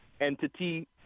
entity